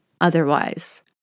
otherwise